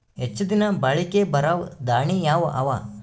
ಹೆಚ್ಚ ದಿನಾ ಬಾಳಿಕೆ ಬರಾವ ದಾಣಿಯಾವ ಅವಾ?